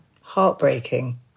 heartbreaking